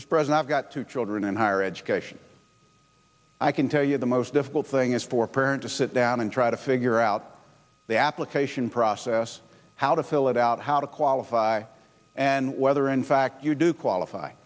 now is present i've got two children in higher education i can tell you the most difficult thing is for a parent to sit down and try to figure out the application process how to fill it out how to qualify and whether in fact you do qualify